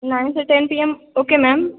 nine से ten P M okay ma'am